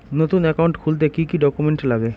নতুন একাউন্ট খুলতে কি কি ডকুমেন্ট লাগে?